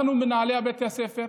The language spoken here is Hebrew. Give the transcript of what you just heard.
אנחנו, מנהלי בתי הספר,